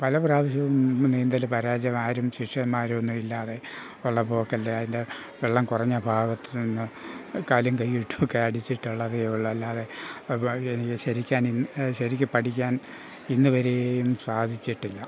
പല പ്രാവശ്യവും നീന്തൽ പരാജയമായിരുന്നു ശിഷ്യന്മാരൊന്നുമില്ലാതെ വെള്ളപ്പൊക്കത്തെ അയിൻ്റെ വെള്ളം കുറഞ്ഞ ഭാഗത്തു നിന്ന് കാലും കൈയും ഇട്ടൊക്കെ അടിച്ചിട്ടുള്ളതേയുള്ളു അല്ലാതെ എനിക്ക് ശരിക്കാനും ശരിക്കും പഠിക്കാൻ ഇന്നുവരെയും സാധിച്ചിട്ടില്ല